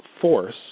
force